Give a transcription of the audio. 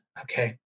okay